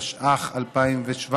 התשע"ח 2017,